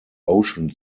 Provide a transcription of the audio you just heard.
ocean